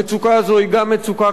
המצוקה הזו היא גם מצוקה,